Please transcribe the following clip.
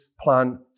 plan